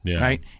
right